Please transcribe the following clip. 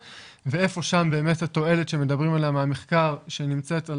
ואיפה שם התועלת שמדברים על המחקר שנמצאת על